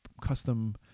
custom